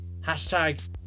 hashtag